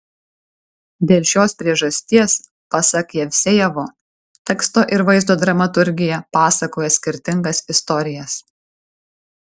dėl šios priežasties pasak jevsejevo teksto ir vaizdo dramaturgija pasakoja skirtingas istorijas